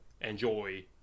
enjoy